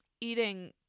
eating